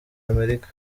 amerika